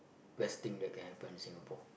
best thing that you can happen in Singapore